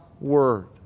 Word